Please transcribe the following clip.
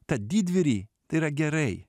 tą didvyrį tai yra gerai